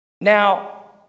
Now